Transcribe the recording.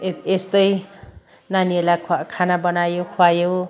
ए यस्तै नानीहरूलाई खाना बनायो खुवायो